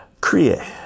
Create